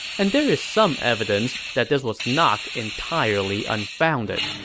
and there's some evidence that this was not entirely unfounded.